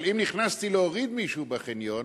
אבל אם נכנסתי להוריד מישהו בחניון,